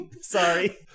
Sorry